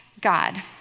God